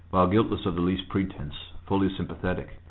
while guiltless of the least pretence, fully sympathetic,